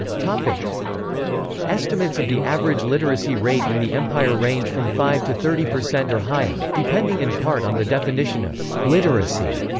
like estimates of the average literacy rate in the empire range from five to thirty percent or higher, depending in part on the definition of literacy.